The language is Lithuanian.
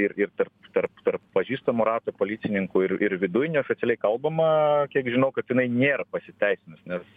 ir ir tarp tarp tarp pažįstamų rato policininkų ir ir viduj neoficialiai kalbama kiek žinau kad jinai nėra pasiteisinus nes